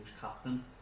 captain